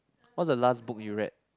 what's the last book you read